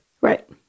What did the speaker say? right